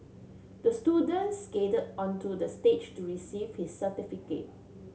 the student skated onto the stage to receive he certificate